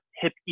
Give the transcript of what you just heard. hip